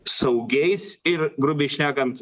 saugiais ir grubiai šnekant